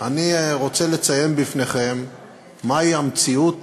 אני רוצה לציין בפניכם מהי המציאות